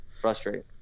Frustrating